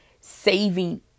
saving